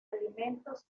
alimentos